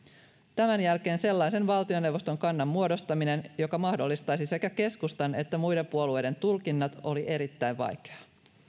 tämän jälkeen sellaisen valtioneuvoston kannan muodostaminen joka mahdollistaisi sekä keskustan että muiden puolueiden tulkinnat oli erittäin vaikeaa